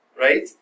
right